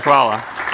Hvala.